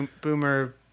boomer